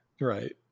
right